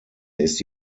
ist